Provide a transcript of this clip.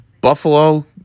buffalo